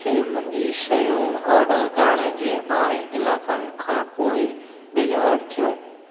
मूंखे मुंहिंजी शयूं ऑर्डर करण जे ॿारहें कलाकनि खां पोइ डिलीवर थियूं